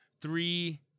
three